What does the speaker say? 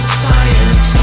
science